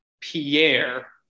Pierre